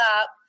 up